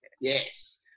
Yes